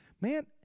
man